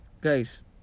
guys